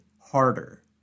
harder